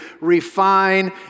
refine